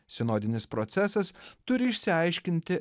sinodinis procesas turi išsiaiškinti